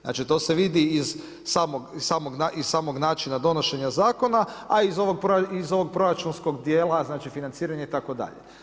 Znači, to se vidi iz samog načina donošenja Zakona, a iz ovog proračunskog dijela, znači, financiranje itd.